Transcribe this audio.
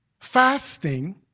Fasting